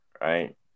right